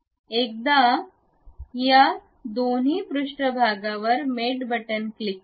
एकदा या दोन्ही पृष्ठभागावर मेट बटन क्लिक करा